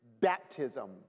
baptism